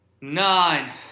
nine